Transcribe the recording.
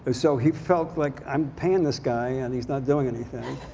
so he felt like i'm paying this guy and he's not doing anything.